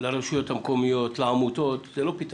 לרשויות המקומיות, לעמותות, זה לא פתרון.